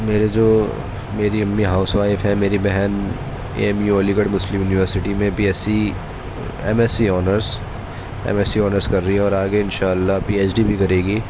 میرے جو میری امی ہاؤس وائف ہیں میری بہن A M U Aligarh Muslim university میں B S C M S C honours M S C honours كر رہی ہے اور آگے انشاء اللہ پی ایچ ڈی بھی کرے گی